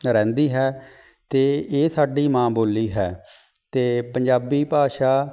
ਰਹਿੰਦੀ ਹੈ ਅਤੇ ਇਹ ਸਾਡੀ ਮਾਂ ਬੋਲੀ ਹੈ ਅਤੇ ਪੰਜਾਬੀ ਭਾਸ਼ਾ